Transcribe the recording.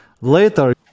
Later